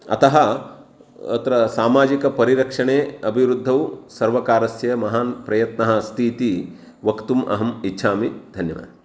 अतः अत्र सामाजिकपरिरक्षणे अभिवृद्धौ सर्वकारस्य महान् प्रयत्नः अस्तीति वक्तुम् अहम् इच्छामि धन्यवादः